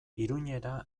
iruñera